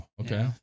Okay